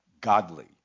godly